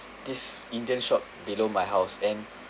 this indian shop below my house and